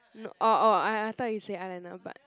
no orh orh I I thought you say eyeliner but